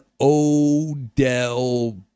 Odell